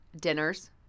dinners